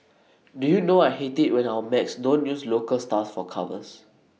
do you know I hate IT when our mags don't use local stars for covers